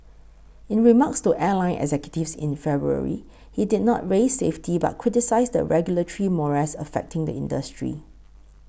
in remarks to airline executives in February he did not raise safety but criticised the regulatory morass affecting the industry